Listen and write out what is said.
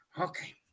Okay